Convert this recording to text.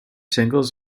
singles